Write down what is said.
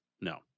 no